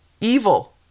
evil